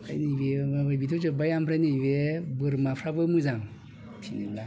ओमफ्राय नै बिथ' जोबबाय आरो नैबे बोरमाफ्राबो मोजां फिनोब्ला